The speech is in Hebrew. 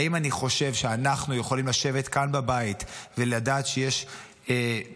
האם אני חושב שאנחנו יכולים לשבת כאן בבית ולדעת שיש רשימה